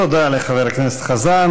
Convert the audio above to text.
תודה לחבר הכנסת חזן.